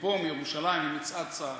מפה, מירושלים, ממצעד צה"ל.